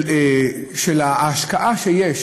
בהשקעה שיש